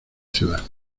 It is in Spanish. ciudad